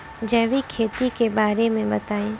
जैविक खेती के बारे में बताइ